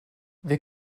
wir